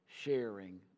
sharing